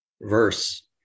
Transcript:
verse